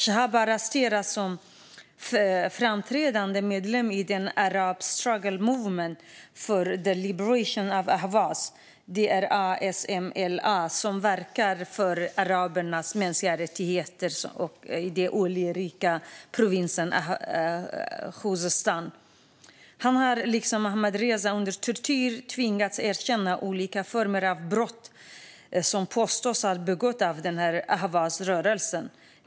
Chaab arresterades som framträdande medlem av Arab Struggle Movement for the Liberation of Ahvaz, ASMLA, som verkar för arabernas mänskliga rättigheter i den oljerika provinsen Khuzestan. Han har liksom Ahmadreza under tortyr tvingats erkänna olika brott som ASMLA påstås ha begått.